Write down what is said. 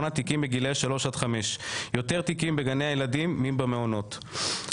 תיקים בגילאי שלוש עד חמש - יותר תיקים בגני הילדים מאשר במעונות.